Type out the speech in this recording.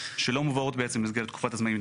שלא מובאות במסגרת תקופת הזמנים.